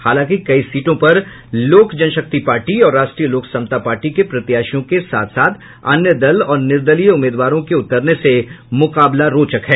हालांकि कई सीटों पर लोक जनशक्ति पार्टी और राष्ट्रीय लोक समता पार्टी के प्रत्याशियों के साथ साथ अन्य दल और निर्दलीय उम्मीदवारों के उतरने से मुकाबला रोचक है